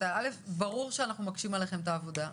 ברור שאנחנו מקשים עליכם את העבודה,